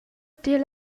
tier